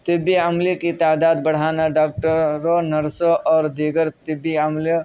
طِبّی عمل کی تعداد بڑھانا ڈاکٹروں نرسوں اور دیگر طِبّی عمل